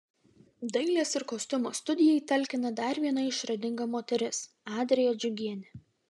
dailės ir kostiumo studijai talkina dar viena išradinga moteris adrija džiugienė